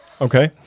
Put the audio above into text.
Okay